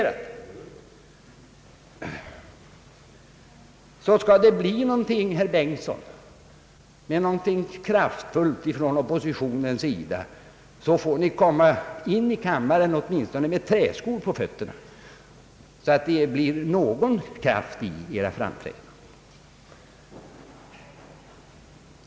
Om det skall bli något kraftfullt från oppositionens sida, herr Bengtson, måste ni komma in i kammaren med åtminstone träskor på fötterna så att det blir någon liten kraft i era framträdanden.